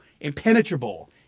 impenetrable